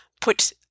put